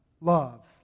love